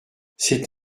c’est